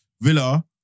Villa